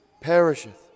perisheth